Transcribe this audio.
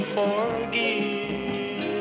forgive